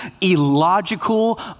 illogical